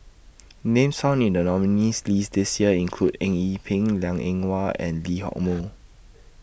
Names found in The nominees' list This Year include Eng Yee Peng Liang Eng Hwa and Lee Hock Moh